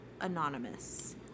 anonymous